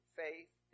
faith